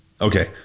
Okay